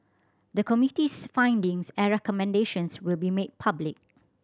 the Committee's findings and recommendations will be made public